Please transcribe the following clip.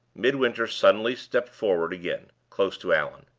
midwinter suddenly stepped forward again, close to allan.